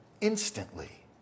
instantly